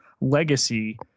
legacy